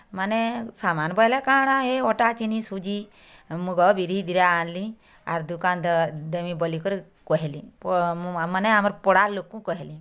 ମାନେ ସାମାନ୍ ବୋଏଲେ କା'ଣା ହେ ଅଟା ଚିନି ସୁଜି ମୁଗ ବିରି ଦିଟା ଆଣ୍ଲି ଆରୁ ଦୁକାନ୍ ଦେମି ବୋଲିକରି କହେଲି ମାନେ ଆମର୍ ପଡ଼ାର୍ ଲୋକ୍କୁ କହେଲି